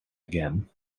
again